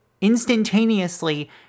instantaneously